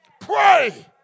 pray